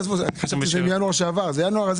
חשבתי שמינואר שעבר אבל זה מינואר הנוכחי.